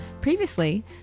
previously